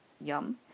Yum